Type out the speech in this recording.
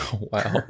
Wow